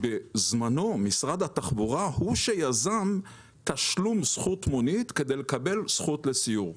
בזמנו משרד התחבורה הוא שיזם תשלום זכות מונית כדי לקבל זכות לסיור.